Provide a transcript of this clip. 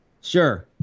Sure